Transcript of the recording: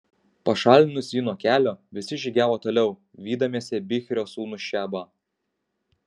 pašalinus jį nuo kelio visi žygiavo toliau vydamiesi bichrio sūnų šebą